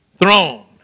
throne